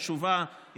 חשובה,